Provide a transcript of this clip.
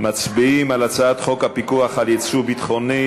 מצביעים על הצעת חוק הפיקוח על יצוא ביטחוני,